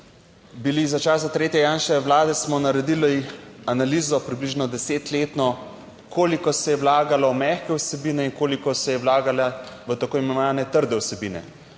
bili za časa tretje Janševe vlade, smo naredili analizo, približno desetletno, koliko se je vlagalo v mehke vsebine in koliko se je vlagalo v tako imenovane trde vsebine.